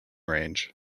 range